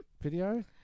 video